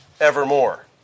evermore